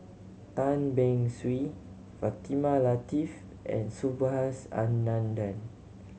Tan Beng Swee Fatimah Lateef and Subhas Anandan